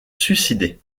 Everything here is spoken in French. suicidé